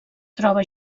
troba